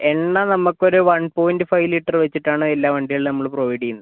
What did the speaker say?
എണ്ണ നമുക്കൊരു one point five litre വെച്ചിട്ടാണ് എല്ലാ വണ്ടികളിലും നമ്മൾ പ്രൊവൈഡ് ചെയ്യുന്നത്